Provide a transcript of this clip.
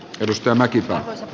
edustamme kiittää